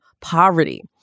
poverty